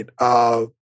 right